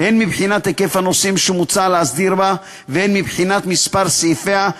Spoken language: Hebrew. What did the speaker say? הן מבחינת היקף הנושאים שמוצע להסדיר בה והן מבחינת מספר סעיפיה,